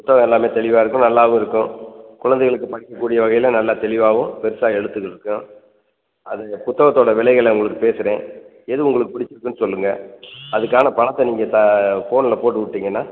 புத்தகம் எல்லாமே தெளிவாக இருக்கும் நல்லாவும் இருக்கும் குழந்தைகளுக்கு படிக்கக் கூடிய வகையில் நல்லா தெளிவாகவும் பெரிசா எழுத்துகள் இருக்கும் அது புத்தகத்தோடய விலைகளை உங்களுக்கு பேசுகிறேன் எது உங்களுக்கு பிடிச்சிருக்குன்னு சொல்லுங்கள் அதுக்கான பணத்தை நீங்கள் த ஃபோனில் போட்டு விட்டீங்கன்னா